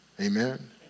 Amen